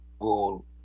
goal